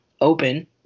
open